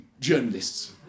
journalists